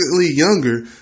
younger